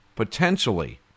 potentially